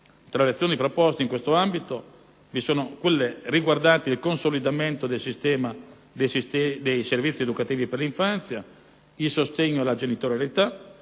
Tra le azioni proposte in questo ambito vi sono quelle riguardanti il consolidamento del sistema dei servizi educativi per l'infanzia, il sostegno alla genitorialità